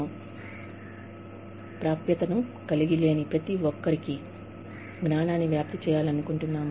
మంచి నాణ్యమైన జ్ఞానం మరియు సమాచారానికి ప్రాప్యత లేని ప్రతి ఒక్కరికీ జ్ఞానాన్ని వ్యాప్తి చేయాలనుకుంటున్నాము